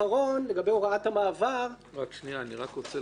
אני רוצה לקדם